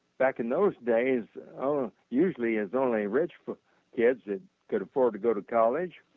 back in those days um usually it's only rich kids could afford to go to college.